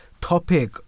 topic